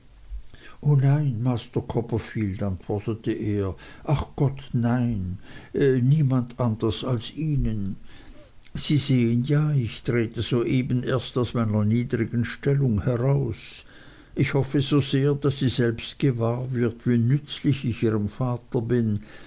o nein master copperfield antwortete er ach gott nein niemand anders als ihnen sie sehen ja ich trete soeben erst aus meiner niedrigen stellung heraus ich hoffe so sehr daß sie selbst gewahr wird wie nützlich ich ihrem vater bin